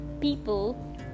people